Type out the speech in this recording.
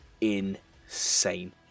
insane